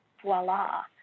voila